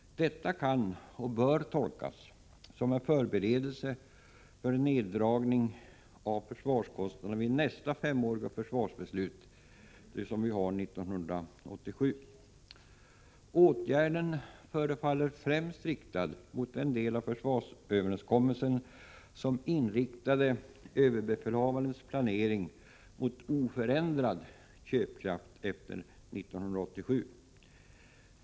Detta kan och bör tolkas som en förberedelse för neddragningar av försvarskostnaderna vid nästa femåriga försvarsbeslut, som kommer att fattas år 1987. Åtgärden förefaller främst riktad mot den del av försvarsöverenskommelsen som inriktade överbefälhavarens planering mot oförändrad köpkraft efter 1987.